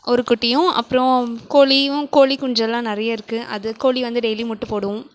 ஒரு குட்டியும் அப்றம் கோழியும் கோழி குஞ்சுலாம் நிறைய இருக்கு அது கோழி வந்து டெய்லியும் முட்டை போடும்